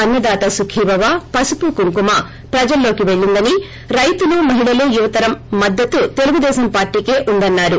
అన్న దాత సుఖీభవ పసుపు కుంకుమ ప్రజల్లోకి పెల్లిందని రైతులు మహిళలు యువతరం మద్దతు తెలుగుదేశం పార్టీకే ఉందన్సారు